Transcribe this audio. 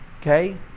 Okay